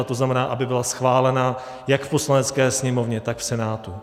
To znamená, aby byla schválena jak v Poslanecké sněmovně, tak v Senátu.